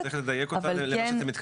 צריך לדייק אותה למה שאתם מתכוונים.